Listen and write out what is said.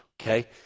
okay